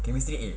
chemistry A